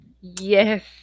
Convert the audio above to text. Yes